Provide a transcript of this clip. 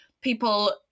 people